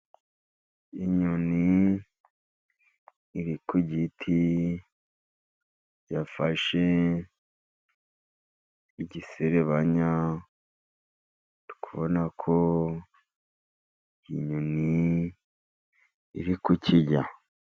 Inyoni iri ku giti yafashe igiserebanya. Ndi kubona ko inyoni iri kukirya.